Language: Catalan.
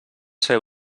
ser